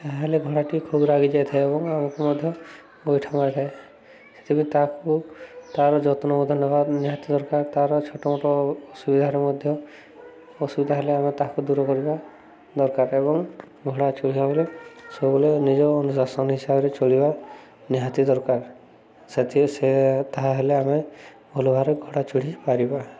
ତା'ହେଲେ ଘୋଡ଼ାଟି ଖୁବ୍ ରାଗି ଯାଇଥାଏ ଏବଂ ଆମକୁ ମଧ୍ୟ ଗୋଇଠା ମାରିଥାଏ ସେଥିପାଇଁ ତାକୁ ତାର ଯତ୍ନ ମଧ୍ୟ ନବା ନିହାତି ଦରକାର ତାର ଛୋଟମୋଟ ଅସୁବିଧାରେ ମଧ୍ୟ ଅସୁବିଧା ହେଲେ ଆମେ ତାହାକୁ ଦୂର କରିବା ଦରକାର ଏବଂ ଘୋଡ଼ା ଚଢ଼ିବା ବଲେ ସବୁବେଳେ ନିଜ ଅନୁଶାସନ ହିସାବରେ ଚଳିବା ନିହାତି ଦରକାର ସେଥିରେ ସେ ତା'ହେଲେ ଆମେ ଭଲ ଭାବରେ ଘୋଡ଼ା ଚଢ଼ି ପାରିବା